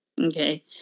Okay